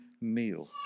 meal